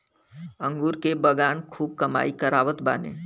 अंगूर के बगान खूब कमाई करावत बाने